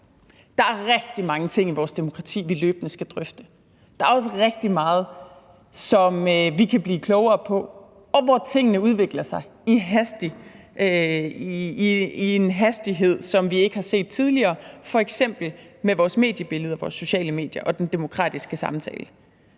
Der er rigtig mange ting i vores demokrati, vi løbende skal drøfte. Der er også rigtig meget, som vi kan blive klogere på, og hvor tingene udvikler sig med en hastighed, som vi ikke har set tidligere, f.eks. med vores mediebillede og vores sociale medier og den demokratiske samtale,